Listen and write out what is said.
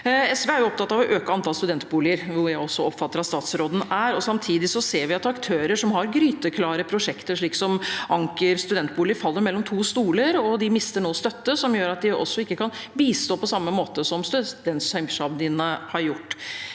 SV er opptatt av å øke antall studentboliger, noe jeg også oppfatter at statsråden er. Samtidig ser vi at aktører som har gryteklare prosjekter, slik som Anker studentbolig, faller mellom to stoler. De mister nå støtte, noe som gjør at de heller ikke kan bistå på samme måte som studentsamskipnadene har gjort.